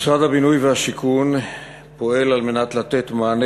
משרד הבינוי והשיכון פועל על מנת לתת מענה